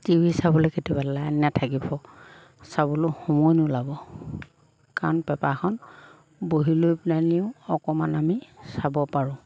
T V চাবলৈ কেতিয়াবা line নাথাকিব চাবলৈ সময় নোলাব কাৰণ পেপাৰখন বহি লৈ পেলাই নিও অকণমান আমি চাব পাৰোঁ